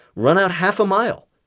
run out half a mile.